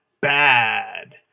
bad